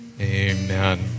Amen